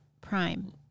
prime